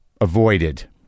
avoided